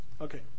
okay